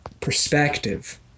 perspective